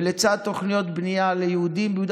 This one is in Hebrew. ולצד תוכניות בנייה ליהודים ביהודה